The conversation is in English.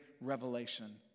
revelation